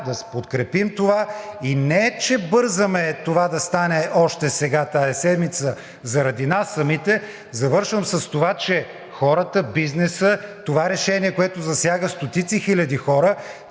да подкрепим това и не че бързаме това да стане още сега тази седмица заради нас самите. Завършвам с това, че хората, бизнесът – това решение, което засяга стотици хиляди хора,